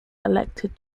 elected